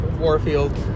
Warfield